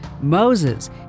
Moses